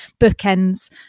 bookends